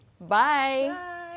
Bye